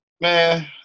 man